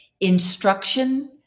instruction